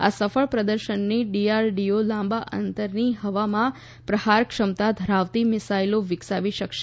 આ સફળ પ્રદર્શનથી ડીઆરડીઓ લાંબા અંતરની હવામાં પ્રહાર ક્ષમતા ધરાવતી મિસાઇલો વિકસાવી શકશે